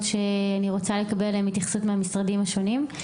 שאני רוצה לקבל עליהן התייחסות מהמשרדים השונים.)